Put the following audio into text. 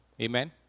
Amen